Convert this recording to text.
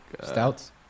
Stouts